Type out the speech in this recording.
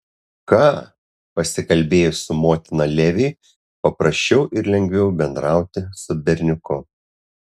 ką pasikalbėjus su motina leviui paprasčiau ir lengviau bendrauti su berniuku